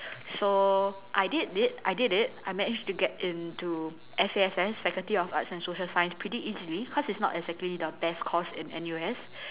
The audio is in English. so I did it I did it I managed to get into F_A_S_S faculty of arts and social science pretty easily cause it's not exactly the best course in N_U_S